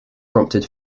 prompted